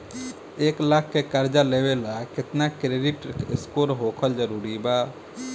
एक लाख के कर्जा लेवेला केतना क्रेडिट स्कोर होखल् जरूरी बा?